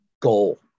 goal